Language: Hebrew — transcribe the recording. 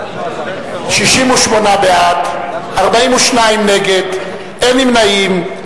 68 בעד, 42 נגד, אין נמנעים.